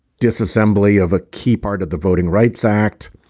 disassembly of a key part of the voting rights act.